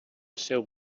seu